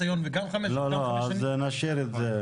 לא, אז נשאיר את זה.